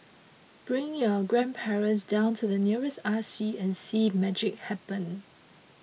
bring your grandparents down to the nearest R C and see magic happen